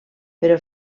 però